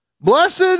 Blessed